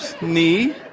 knee